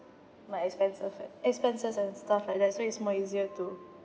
my expenses right expenses and stuff like that so it's more easier to